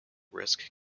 risk